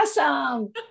awesome